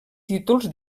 títols